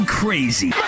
crazy